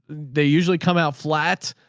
they usually come out flat.